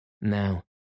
Now